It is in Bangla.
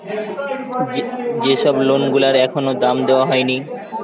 যে সব লোন গুলার এখনো দাম দেওয়া হয়নি